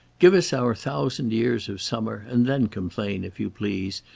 give us our thousand years of summer, and then complain, if you please,